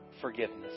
forgiveness